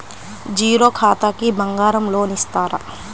Zero ఖాతాకి బంగారం loan ఇస్తారా?